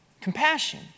Compassion